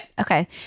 Okay